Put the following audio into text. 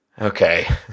okay